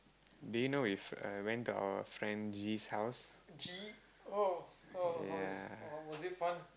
do you know If I went to our friend G's house ya